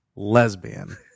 lesbian